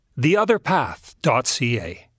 theotherpath.ca